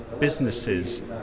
businesses